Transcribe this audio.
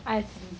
asri